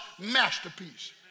masterpiece